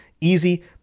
easy